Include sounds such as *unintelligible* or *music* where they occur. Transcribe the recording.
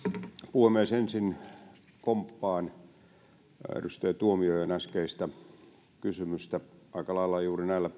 puhemies ensin komppaan edustaja tuomiojan äskeistä kysymystä aika lailla juuri näillä *unintelligible*